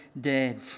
dead